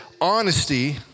Honesty